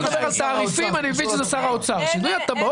בפעם הקודמת ביקשתי על המצגת הזו לקבל את המטריצה